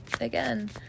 again